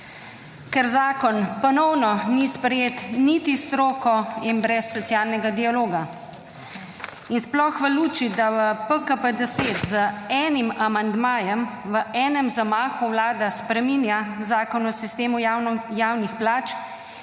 ker zakon ponovno ni sprejet niti s stroko in brez socialnega dialoga in sploh v luči, da v PKP-10 z enim amandmajem, v enem zamahu, Vlada spreminja Zakon o sistemu javnih plač